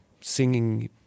Singing